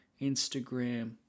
Instagram